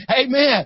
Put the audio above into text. Amen